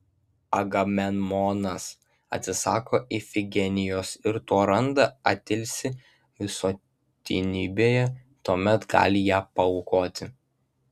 agamemnonas atsisako ifigenijos ir tuo randa atilsį visuotinybėje tuomet gali ją paaukoti